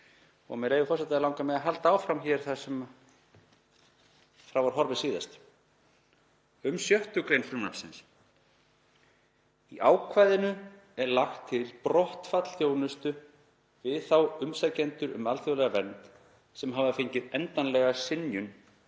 Með leyfi forseta, langar mig að halda áfram þar sem frá var horfið síðast. „Um 6. gr. frumvarpsins Í ákvæðinu er lagt til brottfall þjónustu við þá umsækjendur um alþjóðlega vernd sem hafa fengið endanlega synjun